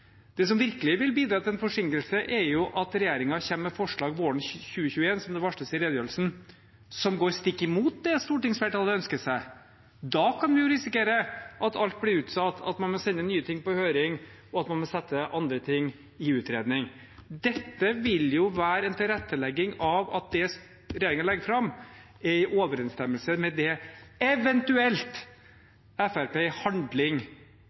Det som virkelig vil bidra til en forsinkelse, er at regjeringen kommer med forslag våren 2021, som det varsles om i redegjørelsen, og som går stikk imot det stortingsflertallet ønsker seg. Da kan vi risikere at alt blir utsatt, at man må sende nye ting på høring, og at man må sette andre ting i utredning. Dette vil jo være en tilrettelegging av at det regjeringen legger fram, er i overensstemmelse med det Fremskrittspartiet eventuelt mener i handling,